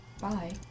Bye